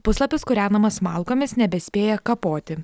puslapis kūrenamas malkomis nebespėja kapoti